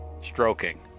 Stroking